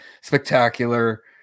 spectacular